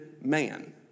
man